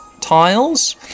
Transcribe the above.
tiles